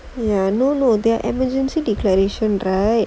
ya no no they're emergency declaration right